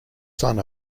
son